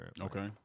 Okay